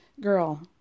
girl